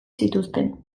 zituzten